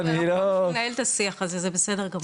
אתה מנהל את השיח הזה, זה בסדר גמור.